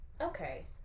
okay